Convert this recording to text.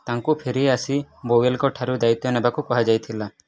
ତାଙ୍କୁ ଫେରି ଆସି ବୋୱେଲଙ୍କ ଠାରୁ ଦାୟିତ୍ୱ ନେବାକୁ କୁହାଯାଇଥିଲା